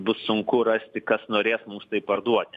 bus sunku rasti kas norės mums tai parduoti